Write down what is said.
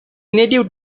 native